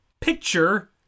picture